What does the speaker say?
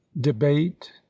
debate